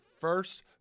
first